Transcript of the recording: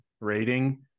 rating